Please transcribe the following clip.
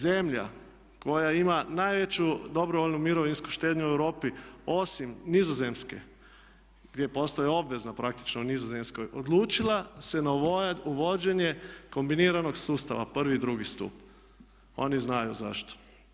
Zemlja koja ima najveću dobrovoljnu mirovinsku štednju u Europi, osim Nizozemske gdje postoje obvezna praktično u Nizozemskoj odlučila se na uvođenje kombiniranog sustava prvi i drugi stup, oni znaju zašto.